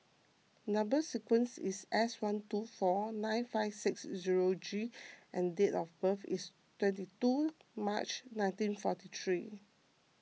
Number Sequence is S one two four nine five six zero G and date of birth is twenty two March nineteen forty three